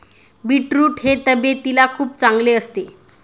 beetroot हे तब्येतीला खूप चांगले असते